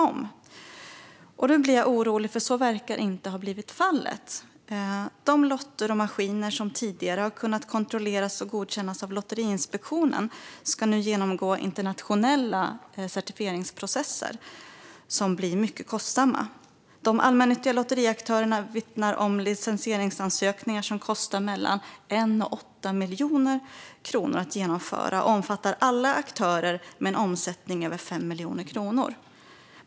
Jag är dock orolig, för så verkar inte ha blivit fallet. De lotterier och maskiner som tidigare har kunnat kontrolleras och godkännas av Lotteriinspektionen ska nu genomgå internationella certifieringsprocesser som blir mycket kostsamma. De allmännyttiga lotteriaktörerna vittnar om licensieringsansökningar som kostar 1-8 miljoner kronor att genomföra och som omfattar alla aktörer med en omsättning över 5 miljoner kronor.